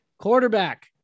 Quarterback